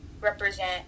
represent